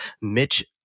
Mitch